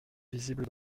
visible